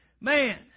Man